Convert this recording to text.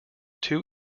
two